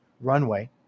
runway